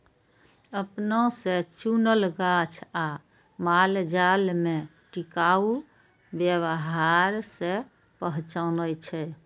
अपना से चुनल गाछ आ मालजाल में टिकाऊ व्यवहार से पहचानै छै